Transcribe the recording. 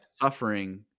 suffering